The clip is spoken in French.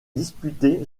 disputée